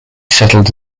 settled